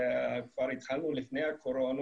כבר התחלנו לפני הקורונה,